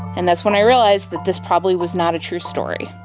and that's when i realised that this probably was not a true story.